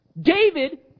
David